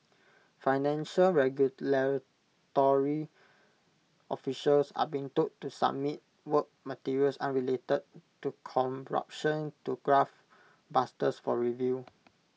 financial regulatory officials are being told to submit work materials unrelated to corruption to graft busters for review